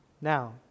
now